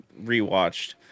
rewatched